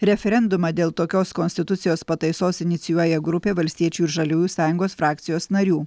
referendumą dėl tokios konstitucijos pataisos inicijuoja grupė valstiečių ir žaliųjų sąjungos frakcijos narių